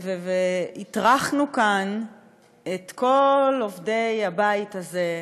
הטרחנו לכאן את כל עובדי הבית הזה,